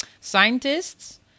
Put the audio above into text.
scientists